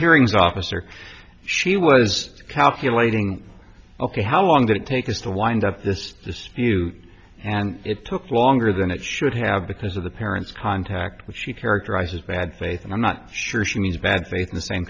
hearings officer she was calculating ok how long did it take this to wind up this dispute and it took longer than it should have because of the parents contact which she characterized as bad faith and i'm not sure she needs bad faith in the same